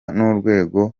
n’urwego